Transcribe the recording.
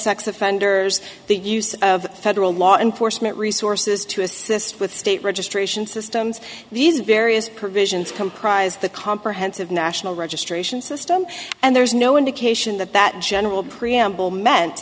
sex offenders the use of federal law enforcement resources to assist with state registration systems these various provisions comprise the comprehensive national registration system and there's no indication that that general preamble meant